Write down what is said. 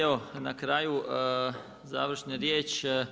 Evo na kraju, završna riječ.